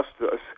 justice